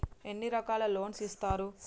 ఎన్ని రకాల లోన్స్ ఇస్తరు?